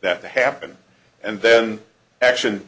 that to happen and then action